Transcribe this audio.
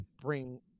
bring